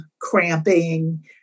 cramping